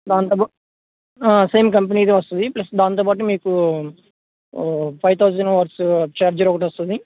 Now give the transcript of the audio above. దాంతో పాట్ సేమ్ కంపెనీదే వస్తుంది ప్లస్ దాంతో పాటు మీకు ఫైవ్ థౌజండ్ వాట్స్ ఛార్జర్ ఒకటి వస్తుంది